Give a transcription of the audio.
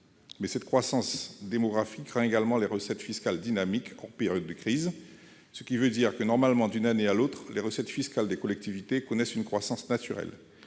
Cette croissance démographique rend également les recettes fiscales dynamiques, hors période de crise, ce qui signifie que, d'une année à l'autre, les recettes fiscales des collectivités connaissent normalement une croissance naturelle.